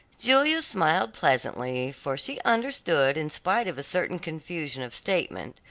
julia smiled pleasantly, for she understood in spite of a certain confusion of statement,